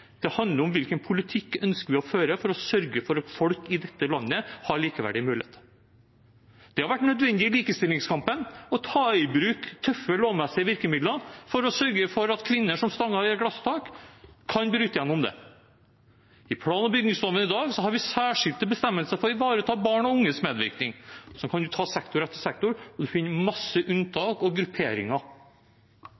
Det handler om hvilken politikk vi ønsker å føre for å sørge for at folk i dette landet har likeverdige muligheter. Det har vært nødvendig i likestillingskampen å ta i bruk tøffe lovmessige virkemidler for å sørge for at kvinner som stanget i et glasstak, kan bryte gjennom det. I plan- og bygningsloven har vi i dag særskilte bestemmelser for å ivareta barn og unges medvirkning. Sånn kan man ta sektor etter sektor, og man finner masse